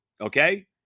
okay